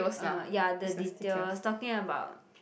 uh ya the details talking about